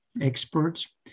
experts